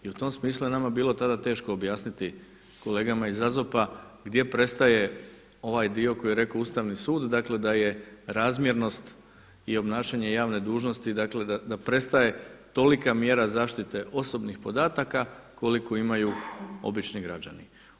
I u tom smislu je nama bilo tada teško objasniti kolegama iz AZOP-a gdje prestaje ovaj dio koji je rekao Ustavni sud, dakle da je razmjernost i obnašanje javne dužnosti, dakle da prestaje tolika mjera zaštite osobnih podataka koliku imaju obični građani.